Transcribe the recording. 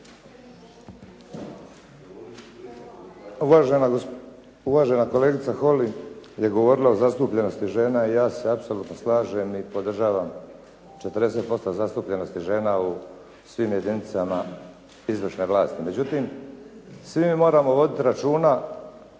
Uvažena kolegica Holy je govorila o zastupljenosti žena i ja se apsolutno slažem i podržavam 40% zastupljenosti žena u svim jedinicama izvršne vlasti. Međutim, svi mi moramo voditi računa